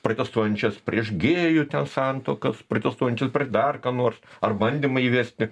protestuojančios prieš gėjų santuokas protestuojančios prieš dar ką nors ar bandymą įvesti